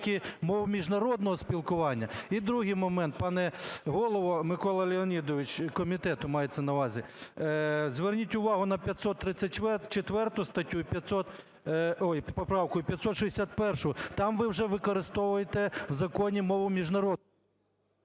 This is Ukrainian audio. "мови міжнародного спілкування". І другий момент, пане голово Микола Леонідовичу, комітету мається на увазі. Зверніть увагу на 534 статтю і… ой, поправку, і 561-у, там ви вже використовуєте в законі мову… ГОЛОВУЮЧИЙ.